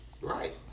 Right